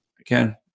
again